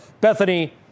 Bethany